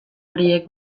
horiek